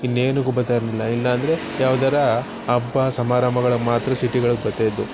ಇನ್ನೇನಕ್ಕೂ ಬತ್ತಾ ಇರಲಿಲ್ಲ ಇಲ್ಲ ಅಂದರೆ ಯಾವುದರ ಹಬ್ಬ ಸಮಾರಂಭಗಳಿಗೆ ಮಾತ್ರ ಸಿಟಿಗಳಿಗೆ ಬರ್ತ ಇದ್ದು